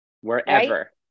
Wherever